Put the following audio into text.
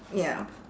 ya